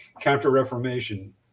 counter-reformation